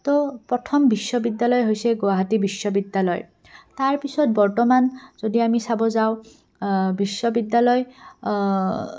তো প্ৰথম বিশ্ববিদ্যালয় হৈছে গুৱাহাটী বিশ্ববিদ্যালয় তাৰ পিছত বৰ্তমান যদি আমি চাব যাওঁ বিশ্ববিদ্যালয়